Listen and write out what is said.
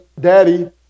daddy